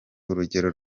urugero